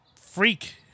freak